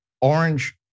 orange